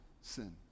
sin